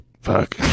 fuck